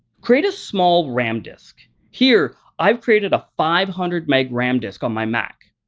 create a small ram disk. here i've created a five hundred meg ram disk on my mac.